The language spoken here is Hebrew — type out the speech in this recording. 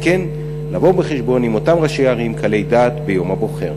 וכן לבוא חשבון עם אותם ראשי ערים קלי דעת ביום הבוחר.